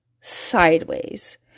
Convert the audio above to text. sideways